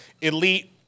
elite